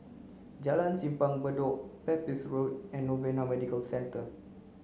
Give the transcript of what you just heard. Jalan Simpang Bedok Pepys Road and Novena Medical Centre